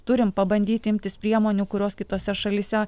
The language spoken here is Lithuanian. turim pabandyti imtis priemonių kurios kitose šalyse